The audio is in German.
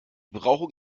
brauchen